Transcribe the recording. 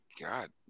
God